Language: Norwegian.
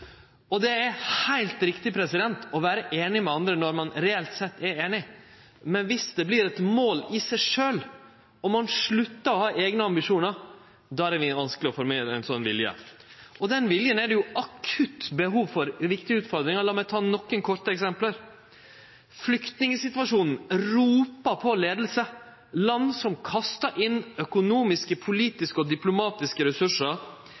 Og det er heilt riktig å vere einig med andre når ein reelt sett er einig. Men dersom det vert eit mål i seg sjølv, og ein sluttar å ha eigne ambisjonar, då er det mykje vanskelegare å få til ein slik vilje. Og den viljen er det jo akutt behov for ved viktige utfordringar. La meg ta nokre korte eksempel. Flyktningsituasjonen ropar på leiing – land som kastar inn økonomiske, politiske og diplomatiske ressursar